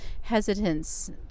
hesitance